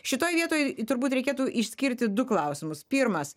šitoj vietoj turbūt reikėtų išskirti du klausimus pirmas